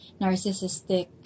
narcissistic